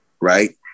right